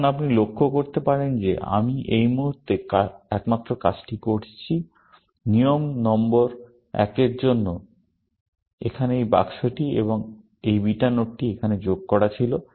এখন আপনি লক্ষ্য করতে পারেন যে আমি এই মুহুর্তে একমাত্র কাজটি করেছি নিয়ম নম্বর একের জন্য এখানে এই বাক্সটি এবং এই বিটা নোডটি এখানে যোগ করা ছিল